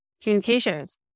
communications